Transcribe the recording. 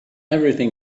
everything